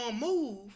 move